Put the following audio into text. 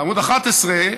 בעמוד 11,